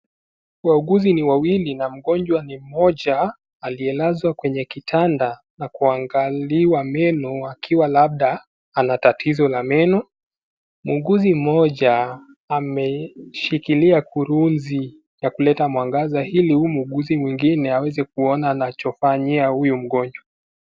Wauguzi ni wawili na mgonjwa ni mmoja aliyelazwa kwenye kitanda na kuangaliwa meno akiwa labda ana tatizo la meno. Muuguzi mmoja ameshikilia kurunzi na kuleta mwangaza ili huyu muuguzi mwingine aweze kuona anachofanyia huyu mgonjwa